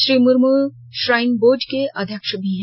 Shri Murmu shrine बोर्डे के अध्यक्ष भी हैं